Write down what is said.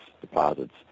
deposits